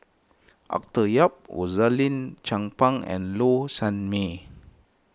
Arthur Yap Rosaline Chan Pang and Low Sanmay